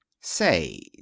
say